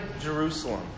Jerusalem